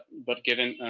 but given.